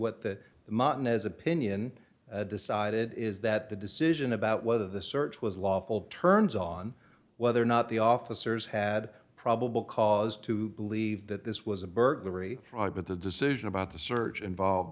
what that mountain is opinion decided is that the decision about whether the search was lawful turns on whether or not the officers had probable cause to believe that this was a burglary but the decision about the search involve